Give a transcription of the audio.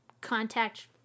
contact